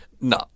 No